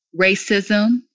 racism